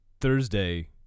Thursday